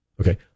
Okay